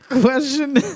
Question